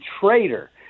traitor